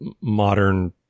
modern